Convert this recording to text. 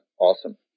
awesome